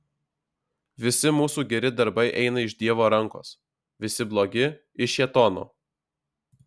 visi mūsų geri darbai eina iš dievo rankos visi blogi iš šėtono